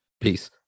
Peace